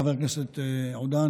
חבר הכנסת עודה,